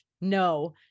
no